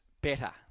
better